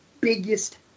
biggest